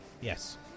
Yes